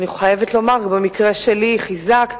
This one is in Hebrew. אני חייבת לומר שבמקרה שלי חיזקת,